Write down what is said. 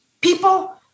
People